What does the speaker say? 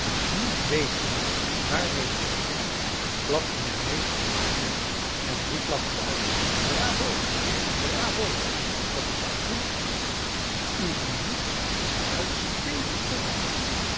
niet wetende waarmede te beginnen klapte mijn meester in de handen en riep lachend uit bravo bravo dat is uitmuntend uw mimiek is uitstekend